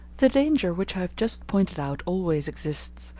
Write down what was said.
the danger which i have just pointed out always exists,